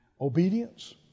Obedience